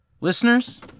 Listeners